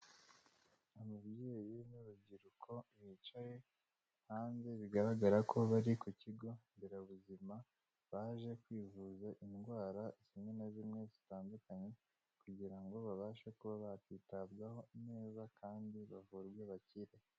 Ababyeyi n'urubyiruko bicaye hanze, bigaragara ko bari ku kigo nderabuzima baje kwivuza indwara zimwe na zimwe zitandukanye, kugira ngo babashe kuba bakitabwaho neza kandi bavurwe bakire.